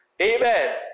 Amen